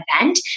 event